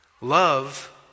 Love